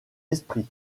esprit